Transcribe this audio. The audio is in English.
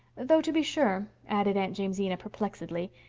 though, to be sure, added aunt jamesina perplexedly,